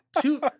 Two